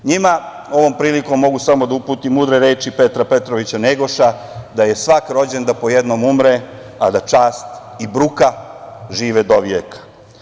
Njima ovom prilikom mogu samo da uputim mudre reči Petra Petrovića Njegoša da je svak rođen da po jednom umre, a da čast i bruka žive dovijeka.